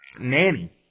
nanny